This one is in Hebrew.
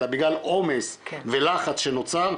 אלא בגלל עומס ולחץ שנוצר,